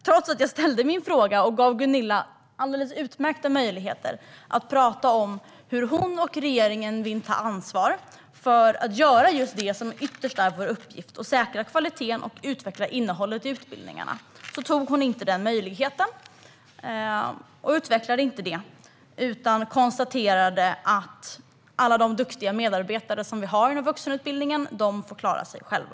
Trots att jag ställde min fråga och gav Gunilla alldeles utmärkta möjligheter att tala om hur hon och regeringen vill ta ansvar för att göra just det som ytterst är vår uppgift och säkra kvaliteten och utveckla innehållet i utbildningarna tog hon inte denna möjlighet. Hon utvecklade inte detta utan konstaterade att alla de duktiga medarbetare som vi har inom vuxenutbildningen får klara sig själva.